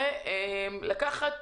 ולקחת